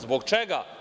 Zbog čega?